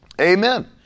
Amen